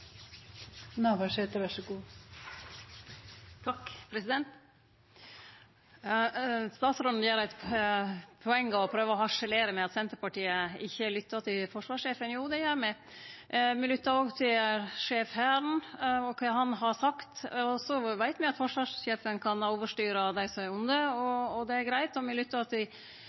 ikkje lyttar til forsvarssjefen. Jo, det gjer me. Me lyttar òg til sjef Hæren, og kva han har sagt. Så veit me at forsvarssjefen kan overstyre dei som er under, og det er greitt. Me lyttar òg til